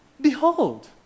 behold